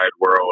world